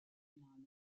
penale